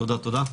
תודה, תודה.